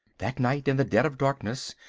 that night, in the dead of darkness,